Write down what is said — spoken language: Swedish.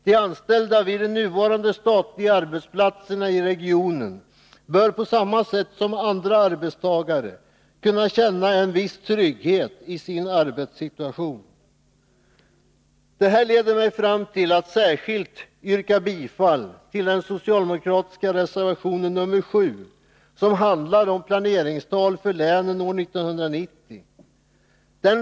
De anställda vid nuvarande statliga arbetsplatser inom regionen bör på samma sätt som andra arbetstagare kunna känna en viss trygghet i sin arbetssituation. Detta leder mig fram till att särskilt yrka bifall till den socialdemokratiska reservationen 7, som handlar om planeringstal för länen år 1990.